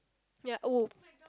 ya oh